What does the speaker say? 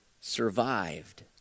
survived